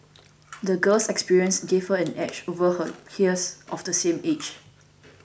the girl's experiences gave her an edge over her peers of the same age